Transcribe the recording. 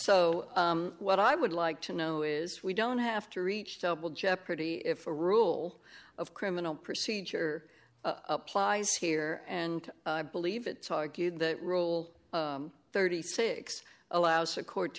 so what i would like to know is we don't have to reach double jeopardy if the rule of criminal procedure applies here and i believe it's a good the rule thirty six allows a court